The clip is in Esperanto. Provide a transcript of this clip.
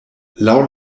laŭ